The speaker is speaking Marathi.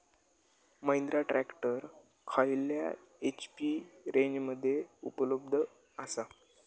महिंद्रा ट्रॅक्टर खयल्या एच.पी रेंजमध्ये उपलब्ध आसा?